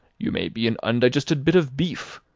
you may be an undigested bit of beef,